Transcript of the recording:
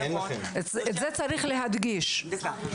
צריך להדגיש את זה.